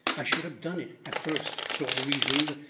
i should have done it at first so i reasoned,